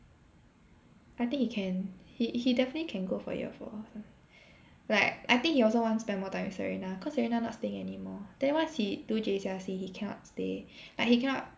I think he can he he definitely can go for year four like I think he also want to spend more time with Serena cause Serena not staying anymore then once he do J_C_R_C he cannot stay like he cannot